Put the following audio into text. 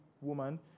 woman